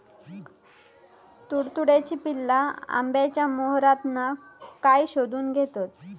तुडतुड्याची पिल्ला आंब्याच्या मोहरातना काय शोशून घेतत?